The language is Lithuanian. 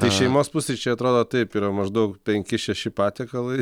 tai šeimos pusryčiai atrodo taip yra maždaug penki šeši patiekalą